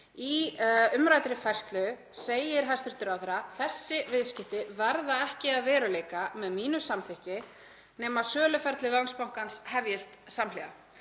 Í umræddri færslu segir hæstv. ráðherra: „Þessi viðskipti verða ekki að veruleika með mínu samþykki, nema söluferli Landsbankans hefjist samhliða.“